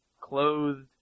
clothed